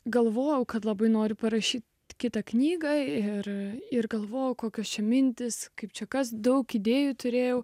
galvojau kad labai noriu parašyti kitą knygą ir ir galvoju kokia ši mintis kaip čia kas daug idėjų turėjau